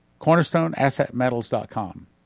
CornerstoneAssetMetals.com